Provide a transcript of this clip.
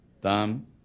thumb